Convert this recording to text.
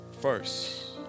first